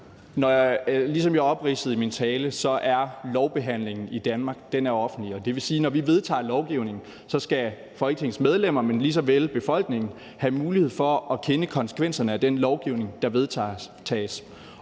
Ligesom jeg opridsede i min tale, er lovbehandlingen i Danmark offentlig. Det vil sige, at når vi vedtager lovgivning, skal Folketingets medlemmer lige så vel som befolkningen have mulighed for at kende konsekvenserne af den lovgivning, der vedtages.